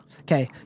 Okay